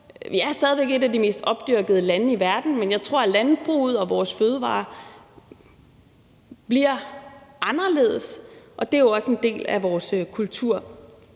Vi er stadig væk et af de mest opdyrkede lande i verden, men jeg tror, at landbruget og vores fødevarer bliver anderledes, og det er jo også en del af vores kultur,